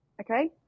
Okay